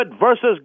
versus